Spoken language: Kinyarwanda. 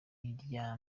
irya